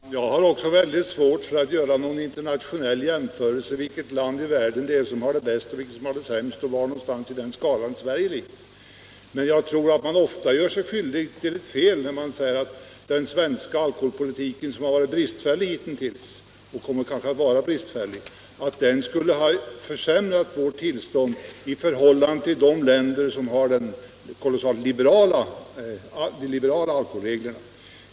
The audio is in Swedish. Herr talman! Jag har också väldigt svårt för att göra någon jämförelse när det gäller vilket land i världen som har det bäst och vilket som har det sämst på detta område och var någonstans på den skalan Sverige ligger. Men jag tror att man ofta gör sig skyldig till ett fel när man säger att den svenska alkoholpolitiken skulle ha varit bristfällig hitintills och kanske även kommer att vara bristfällig, och att den skulle ha försämrat vårt läge i förhållande till de länder som har de liberala alkoholreglerna.